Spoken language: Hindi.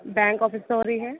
बैंक ऑफिस से हो रही है